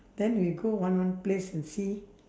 then we go one one place and see